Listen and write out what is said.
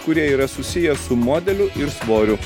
kurie yra susiję su modeliu ir svoriu